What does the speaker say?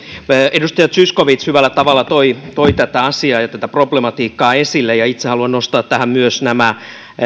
edustaja zyskowicz hyvällä tavalla toi toi tätä asiaa ja tätä problematiikkaa esille ja itse haluan nostaa tähän myös nämä